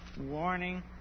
warning